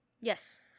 Yes